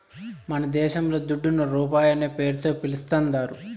మనదేశంల దుడ్డును రూపాయనే పేరుతో పిలుస్తాందారు